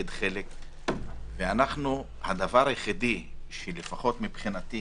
הדבר היחיד שלפחות מבחינתי,